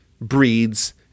breeds